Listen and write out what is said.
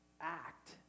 act